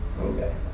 okay